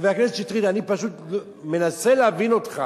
חבר הכנסת שטרית, אני פשוט מנסה להבין אותך